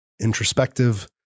introspective